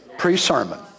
Pre-sermon